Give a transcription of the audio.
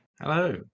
hello